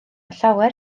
llawer